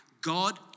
God